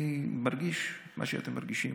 אני מרגיש מה שאתם מרגישים.